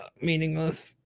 meaningless